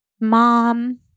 mom